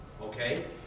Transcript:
Okay